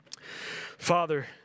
Father